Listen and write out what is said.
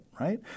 right